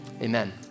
Amen